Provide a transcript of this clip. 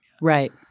Right